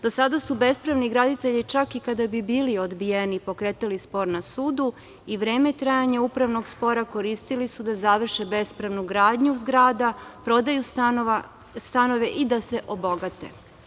Do sada su bespravni graditelji, čak i kada bi bili odbijeni, pokretali spor na sudu i vreme trajanja upravnog spora koristili su da završe bespravnu gradnju zgrada, prodaju stanove i da se obogate.